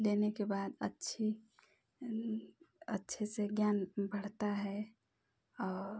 लेने के बाद अच्छी अच्छे से ज्ञान बढ़ता है और